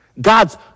God's